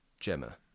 Gemma